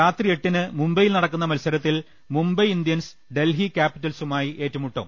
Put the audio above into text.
രാത്രി എട്ടിന് മുംബൈയിൽ നടക്കുന്ന മത്സ രത്തിൽ മുംബൈ ഇന്ത്യൻസ് ഡൽഹി ക്യാപിറ്റൽസുമായി ഏറ്റുമു ട്ടും